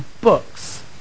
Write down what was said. books